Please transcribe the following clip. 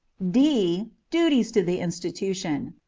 d. duties to the institution.